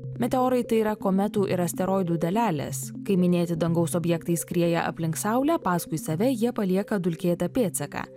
meteorai tai yra kometų ir asteroidų dalelės kai minėti dangaus objektai skrieja aplink saulę paskui save jie palieka dulkėtą pėdsaką